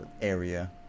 area